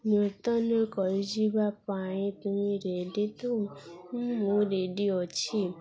ନୂତନ କରିଯିବା ପାଇଁ ତୁମେ ରେଡ଼ି ତ ମୁଁ ରେଡ଼ି ଅଛି